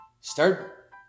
Start